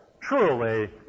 truly